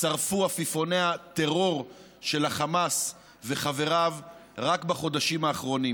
שרפו עפיפוני הטרור וחבריו רק בחודשים האחרונים.